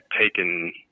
taken